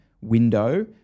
window